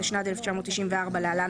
התשנ״ד-1994 (להלן,